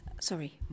Sorry